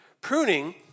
Pruning